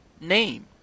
name